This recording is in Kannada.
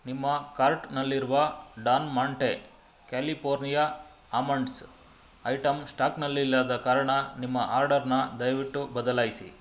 ನಿಮ್ಮ ಕಾರ್ಟ್ನಲ್ಲಿರುವ Don Monte California almonds item ಸ್ಟಾಕ್ನಲ್ಲಿಲ್ಲದ ಕಾರಣ ನಿಮ್ಮ ಆರ್ಡರನ್ನ ದಯವಿಟ್ಟು ಬದಲಾಯಿಸಿ